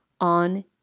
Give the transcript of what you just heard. on